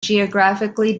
geographically